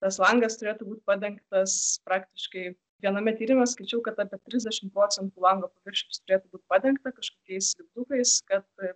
tas langas turėtų būt padengtas praktiškai viename tyrime skaičiau kad apie trisdešimt procentų lango paviršiaus turėtų būti padengta kažkokiais lipdukais kad